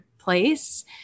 place